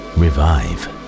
revive